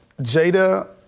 Jada